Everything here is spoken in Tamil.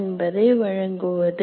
என்பதை வழங்குவது